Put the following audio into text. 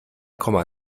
komma